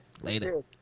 Later